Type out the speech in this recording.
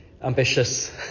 ambitious